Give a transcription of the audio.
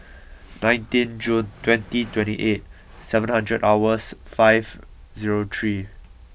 nineteen June twenty twenty eight seven hundred hours five zero three